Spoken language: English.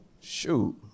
Shoot